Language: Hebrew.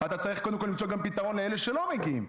אתה צריך קודם כול למצוא גם פתרון לאלה שלא מגיעים.